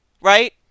Right